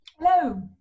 Hello